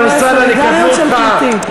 סולידריות של פליטים.